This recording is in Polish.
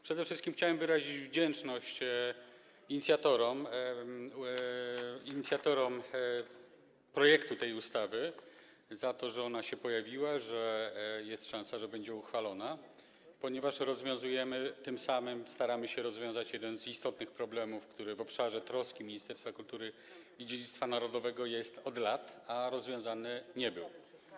Przede wszystkim chciałem wyrazić wdzięczność inicjatorom projektu tej ustawy za to, że ona się pojawiła, że jest szansa, że będzie uchwalona, ponieważ rozwiązujemy tym samym, staramy się rozwiązać, jeden z istotnych problemów, który pozostaje w obszarze troski Ministerstwa Kultury i Dziedzictwa Narodowego od lat, a rozwiązany nie został.